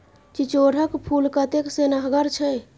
चिचोढ़ क फूल कतेक सेहनगर छै